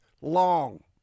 long